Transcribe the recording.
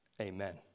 Amen